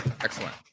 excellent